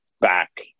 back